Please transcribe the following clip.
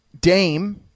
dame